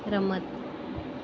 રમત